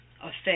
affect